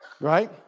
Right